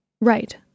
Right